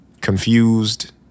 confused